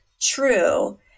true